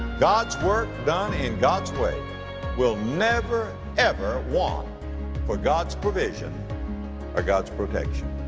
god's work done in god's way will never ever want for god's provision or god's protection.